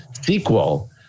sequel